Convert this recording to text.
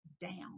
down